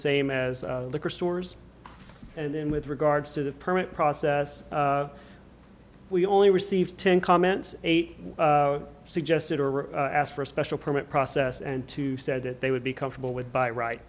same as liquor stores and then with regards to the permit process we only received ten comments eight suggested or asked for a special permit process and two said that they would be comfortable with by right